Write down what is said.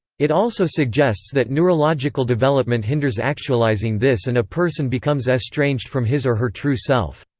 it also suggests that neurological development hinders actualizing this and a person becomes estranged from his or her true self.